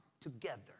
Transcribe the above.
together